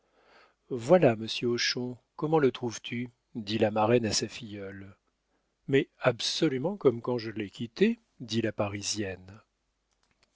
voilà monsieur hochon comment le trouves-tu dit la marraine à sa filleule mais absolument comme quand je l'ai quitté dit la